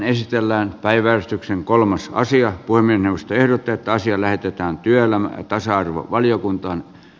puhemiesneuvosto ehdottaa että asia lähetetään työelämä ja tasa arvoa valiokunta on